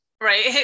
Right